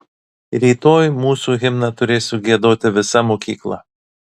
rytoj mūsų himną turės sugiedoti visa mokykla